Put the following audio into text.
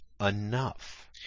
enough